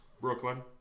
Brooklyn